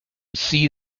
see